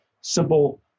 simple